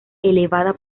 elevada